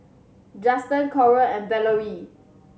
Juston Coral and Valorie